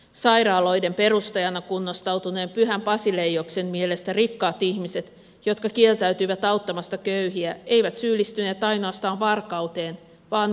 sairaaloiden perustajana kunnostautuneen pyhän basileioksen mielestä rikkaat ihmiset jotka kieltäytyivät auttamasta köyhiä eivät syyllistyneet ainoastaan varkauteen vaan murhaan